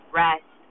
rest